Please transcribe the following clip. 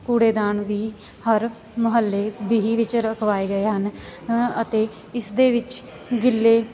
ਕੂੜੇਦਾਨ ਵੀ ਹਰ ਮਹੱਲੇ ਬੀਹੀ ਵਿੱਚ ਰਖਵਾਏ ਗਏ ਹਨ ਅਤੇ ਇਸ ਦੇ ਵਿੱਚ ਗਿੱਲੇ